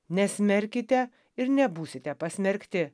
nesmerkite ir nebūsite pasmerkti